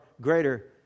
greater